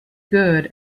good